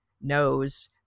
knows